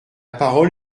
parole